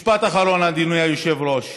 משפט אחרון, אדוני היושב-ראש.